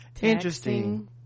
Interesting